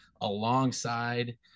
alongside